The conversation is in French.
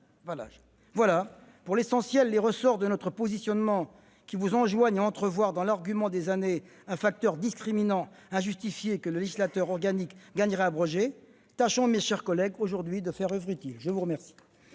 Voilà, pour l'essentiel, les ressorts de notre positionnement qui vous enjoignent à entrevoir dans l'argument des années un facteur discriminant injustifié que le législateur organique gagnerait à abroger. Tâchons aujourd'hui, mes chers collègues, de faire oeuvre utile. La parole